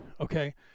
okay